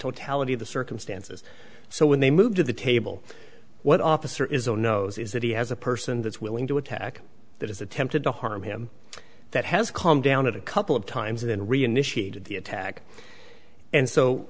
totality of the circumstances so when they move to the table what officer is on knows is that he has a person that's willing to attack that has attempted to harm him that has calmed down at a couple of times in reinitiated the attack and so